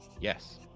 yes